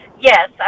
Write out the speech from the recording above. Yes